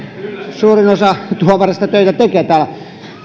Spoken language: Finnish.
suurin osa tuomareista töitä tekee täällä